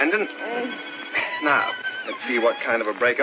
and then the see what kind of a break